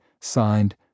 Signed